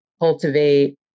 cultivate